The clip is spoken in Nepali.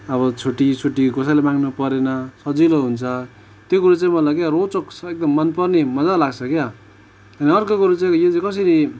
अब छुट्टी सुट्टी कसैलाई माग्नु परेन सजिलो हुन्छ त्यो कुरा चाहिँ मलाई क्या रोचक एकदम मनपर्ने मज्जा लाग्छ क्या त्यहाँदेखि अर्को कुरा चाहिँ यो चाहिँ कसरी